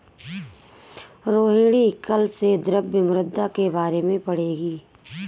रोहिणी कल से द्रव्य मुद्रा के बारे में पढ़ेगी